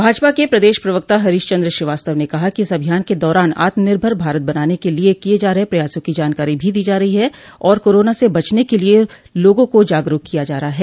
भाजपा के प्रदेश प्रवक्ता हरीश चन्द्र श्रीवास्तव ने कहा कि इस अभियान के दौरान आत्मनिर्भर भारत बनाने के लिय किये जा रहे प्रयासों की जानकारी भी दो जा रही है और कोरोना से बचने के लिये लोगों को जागरूक किया जा रहा है